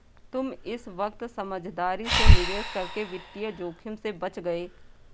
तुम इस वक्त समझदारी से निवेश करके वित्तीय जोखिम से बच गए